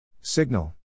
Signal